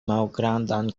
malgrandan